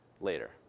later